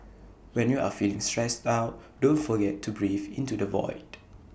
when you are feeling stressed out don't forget to breathe into the void